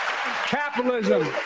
capitalism